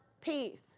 peace